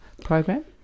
program